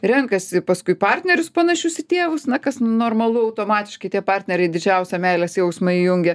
renkasi paskui partnerius panašius į tėvus na kas normalu automatiškai tie partneriai didžiausią meilės jausmą įjungia